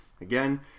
again